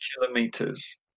kilometers